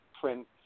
print